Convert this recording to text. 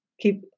keep